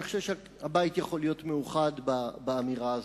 אני חושב שהבית יכול להיות מאוחד באמירה הזאת.